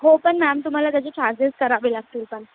हो पण मॅम तुम्हाला त्याचे चार्जेस करावे लागतील पण